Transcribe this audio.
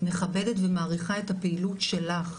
מכבדת ומעריכה את הפעילות שלך,